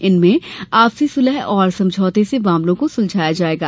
इनमें आपसी सुलह और समझौते से मामलों को सुलझाया जाएगा